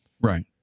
Right